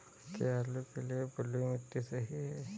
क्या आलू के लिए बलुई मिट्टी सही है?